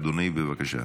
אדוני, בבקשה.